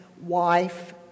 wife